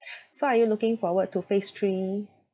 so are you looking forward to phase three